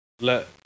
let